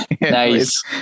nice